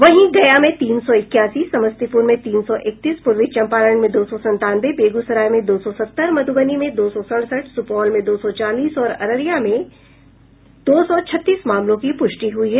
वहीं गया में तीन सौ इक्यासी समस्तीपुर में तीन से इकतीस पूर्वी चंपारण में दो सौ संतानवे बेगूसराय में दो सौ सत्तर मधुबनी में दो सौ सड़सठ सुपौल में दो सौ चालीस और अररिया में दो छत्तीस मामलों की पुष्टि हुई है